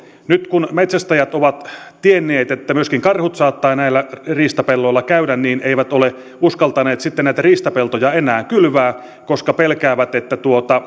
nyt kun metsästäjät ovat tienneet että myöskin karhut saattavat näillä riistapelloilla käydä niin he eivät ole uskaltaneet sitten näitä riistapeltoja enää kylvää koska pelkäävät että